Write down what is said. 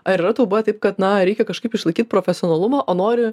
ar yra tau buvę taip kad na reikia kažkaip išlaikyt profesionalumą o nori